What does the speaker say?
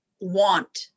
want